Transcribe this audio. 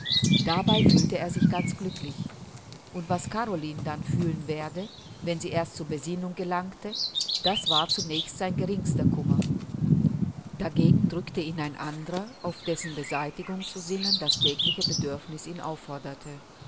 dabei fühlte er sich ganz glücklich und was caroline dann fühlen werde wenn sie erst zur besinnung gelangte das war zunächst sein geringster kummer dagegen drückte ihn ein anderer auf dessen beseitigung zu sinnen das tägliche bedürfniß ihn aufforderte